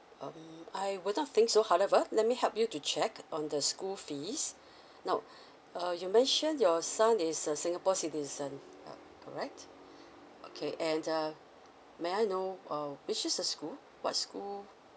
um I would not think so however let me help you to check on the school fees now uh you mention your son is a singapore citizen um correct okay and uh may I know uh which is the school what school